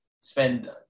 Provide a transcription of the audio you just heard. spend